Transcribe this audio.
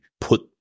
put